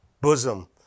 bosom